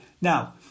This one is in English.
now